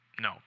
No